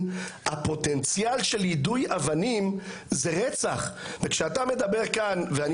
הפוטנציאל של יידוי אבנים זה רצח וכשאתה מדבר כאן ואני